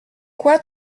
quoi